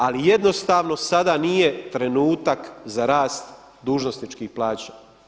Ali jednostavno sada nije trenutak za rast dužnosničkih plaća.